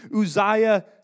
Uzziah